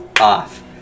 off